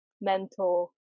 mentor